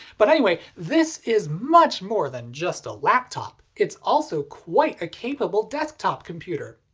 but anyway, this is much more than just a laptop. it's also quite a capable desktop computer.